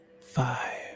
five